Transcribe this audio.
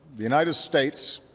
the united states,